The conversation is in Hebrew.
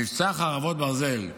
מבצע חרבות ברזל,